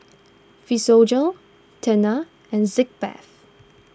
Physiogel Tena and Sitz Bath